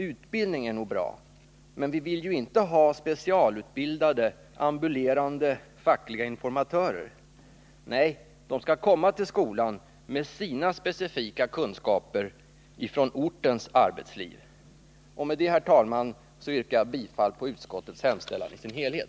Utbildningen går bra, men vi vill ju inte ha specialutbildade ambulerande fackliga informatörer. Nej, de skall komma till skolan med sina specifika kunskaper om den ortens arbetsliv. Med detta, herr talman, yrkar jag bifall till utskottets hemställan i dess helhet.